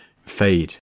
fade